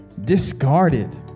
discarded